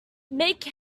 make